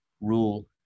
rule